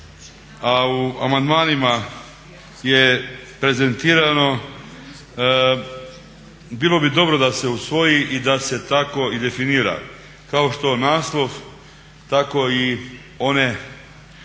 a u amandmanima je prezentirano bilo bi dobro da se usvoji i da se tako i definira kao što naslov, tako i one